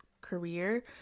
career